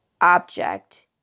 Object